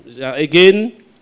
again